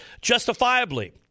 justifiably